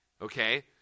okay